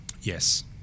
yes